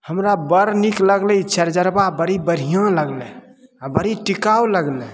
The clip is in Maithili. हमरा बड़ नीक लगलै ई चार्जरबा बड़ी बढ़िआँ लगलै आ बड़ी टिकाउ लगलै